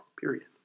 Period